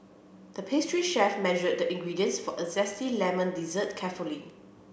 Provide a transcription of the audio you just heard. the pastry chef measured the ingredients for a zesty lemon dessert carefully